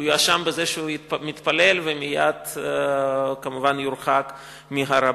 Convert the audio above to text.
יואשם בזה שהוא מתפלל וכמובן מייד הוא יורחק מהר-הבית.